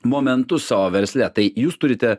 momentus savo versle tai jūs turite